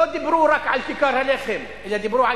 לא דיברו רק על כיכר הלחם אלא דיברו על